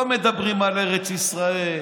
לא מדברים על ארץ ישראל,